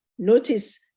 Notice